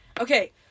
Okay